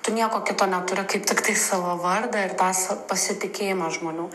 tu nieko kito neturi kaip tiktai savo vardą ir tą sa pasitikėjimą žmonių